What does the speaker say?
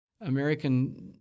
American